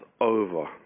over